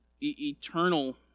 Eternal